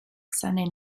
sunday